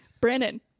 Brandon